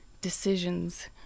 decisions